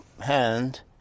hand